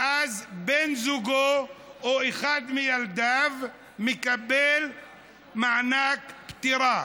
אז בן זוגו או אחד מילדיו מקבל מענק פטירה,